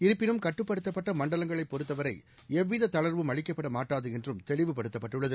இருப்பினும் கட்டுப்படுத்தப்பட்டமண்டலங்களைப் பொறுத்தவரைஎவ்விததளா்வும் அளிக்கப்படமாட்டாதுஎன்றும் தெளிவுபடுத்தப்பட்டுள்ளது